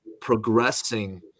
progressing